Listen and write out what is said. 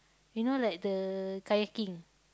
you know like the Kayaking